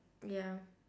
ya